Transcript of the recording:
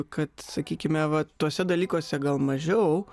kad sakykime vat tuose dalykuose gal mažiau